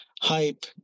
hype